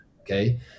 Okay